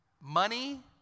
money